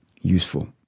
useful